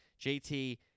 JT